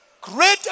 Great